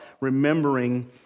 remembering